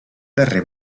darrer